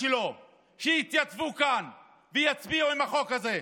שלו שיתייצבו כאן ויצביעו על החוק הזה.